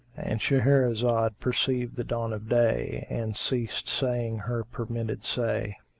and shahrazad perceived the dawn of day and ceased saying her permitted say.